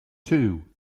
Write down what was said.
two